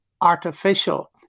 artificial